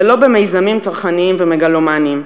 ולא במיזמים צרכניים ומגלומניים,